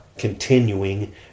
continuing